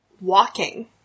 walking